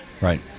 Right